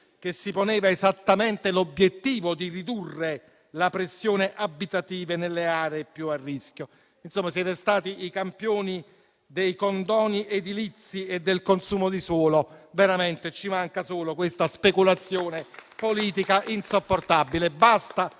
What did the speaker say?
che si poneva esattamente l'obiettivo di ridurre la pressione abitativa nelle aree più a rischio. Insomma, siete stati i campioni dei condoni edilizi e del consumo di suolo: veramente, ci manca solo questa speculazione politica insopportabile. Basta